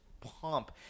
pump